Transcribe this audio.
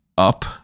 Up